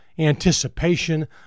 anticipation